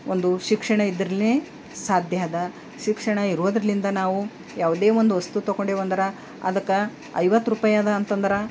ಒಂದು ಶಿಕ್ಷಣ ಇದ್ದರೇ ಸಾಧ್ಯದೆ ಶಿಕ್ಷಣ ಇರೋದ್ರಿಂದ ನಾವು ಯಾವುದೇ ಒಂದು ವಸ್ತು ತೊಗೊಂಡೇವಂದ್ರೆ ಅದಕ್ಕೆ ಐವತ್ರುಪಾಯಿ ಅದ ಅಂತಂದ್ರೆ